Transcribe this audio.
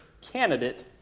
candidate